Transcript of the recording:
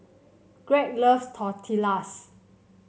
Gregg loves Tortillas